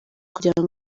kugira